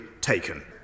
taken